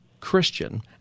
Christian